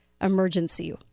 emergency